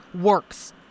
works